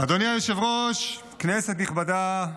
אדוני היושב-ראש, כנסת נכבדה,